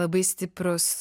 labai stiprūs